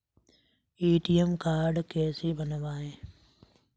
ATM card कैसे बनवाएँ?